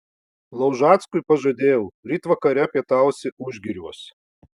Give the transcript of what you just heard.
laužackui pažadėjau ryt vakare pietausi užgiriuos